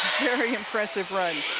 very impressive run.